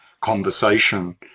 conversation